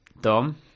Dom